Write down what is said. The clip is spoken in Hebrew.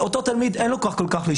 אותו תלמיד אין לו כוח להישפט.